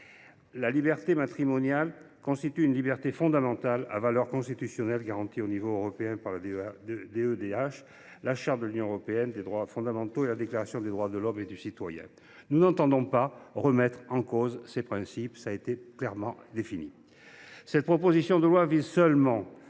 La liberté matrimoniale constitue une liberté fondamentale à valeur constitutionnelle garantie au niveau européen par la CEDH, la Charte des droits fondamentaux de l’Union européenne et la Déclaration des droits de l’homme et du citoyen. Nous n’entendons pas remettre en cause ces principes. Cette proposition de loi